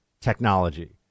technology